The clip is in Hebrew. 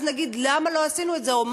ואז נגיד למה לא עשינו את זה.